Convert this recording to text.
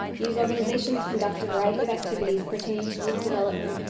these organizations conduct a variety of activities pertaining to youth development,